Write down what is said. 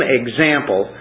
example